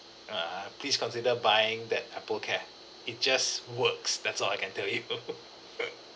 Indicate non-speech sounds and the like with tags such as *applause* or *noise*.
err please consider buying that Apple care it just works that's all I can tell you *laughs*